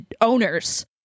owners